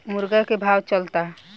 मुर्गा के का भाव चलता?